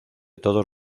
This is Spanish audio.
todos